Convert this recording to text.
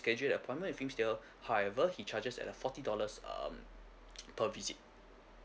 schedule the appointment with him still however he charges at a forty dollars um per visit